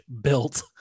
built